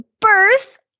birth